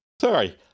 Sorry